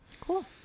Cool